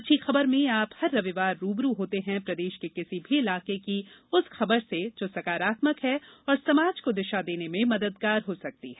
अच्छी खबर में आप हर रविवार रूबरू होते हैं प्रदेश के किसी भी इलाके की उस खबर से जो सकारात्मक है और समाज को दिशा देने में मददगार हो सकती है